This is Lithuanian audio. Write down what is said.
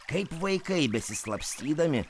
kaip vaikai besislapstydami